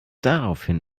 daraufhin